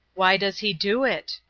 why does he do it?